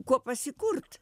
kuo pasikurt